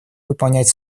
выполнять